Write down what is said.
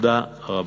תודה רבה.